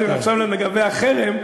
חשבתי: ועכשיו לגבי החרם,